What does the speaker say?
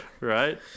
right